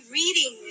reading